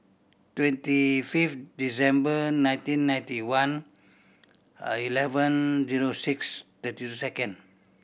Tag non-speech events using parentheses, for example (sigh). twenty fifth December nineteen ninety one (hesitation) eleven zero six thirty two second